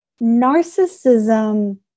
narcissism